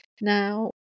now